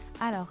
Alors